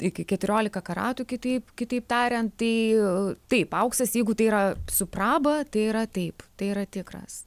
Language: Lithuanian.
iki keturiolika karatų kitaip kitaip tariant tai taip auksas jeigu tai yra su praba tai yra taip tai yra tikras